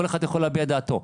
כל אחד יכול להביע את דעתו.